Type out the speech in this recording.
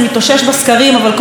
אתם יודעים למה זה?